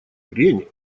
прениях